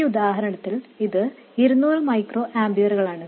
ഈ ഉദാഹരണത്തിൽ ഇത് 200 മൈക്രോ ആമ്പിയറുകളാണ്